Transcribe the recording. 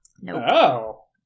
nope